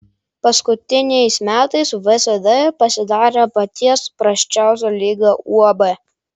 paskutiniais metais vsd pasidarė paties prasčiausio lygio uab